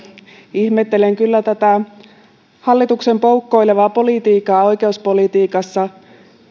ihmettelen kyllä tätä hallituksen poukkoilevaa politiikkaa oikeuspolitiikassa